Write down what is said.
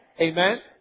Amen